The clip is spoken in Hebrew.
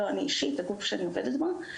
לא אני אישית, אלא הגוף שאני עובדת בו.